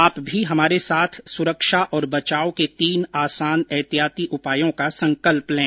आप भी हमारे साथ सुरक्षा और बचाव के तीन आसान एहतियाती उपायों का संकल्प लें